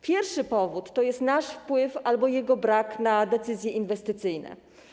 Pierwszy powód to jest nasz wpływ albo jego brak na decyzje inwestycyjne.